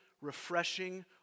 refreshing